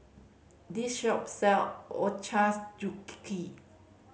this shop sell Ochazuke